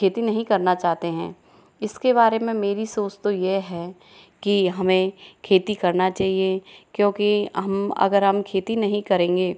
खेती नहीं करना चाहते हैं इसके बारे में मेरी सोच तो यह है कि हमें खेती करना चाहिए क्योंकि हम अगर हम खेती नहीं करेंगे